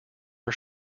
our